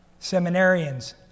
Seminarians